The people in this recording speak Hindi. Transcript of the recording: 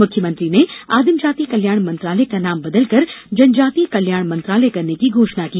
मुख्यमंत्री ने आदिम जाति कल्याण मंत्रालय का नाम बदलकर जनजातीय कल्याण मंत्रालय करने की घोषणा की